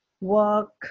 work